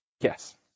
Yes